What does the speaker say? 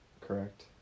correct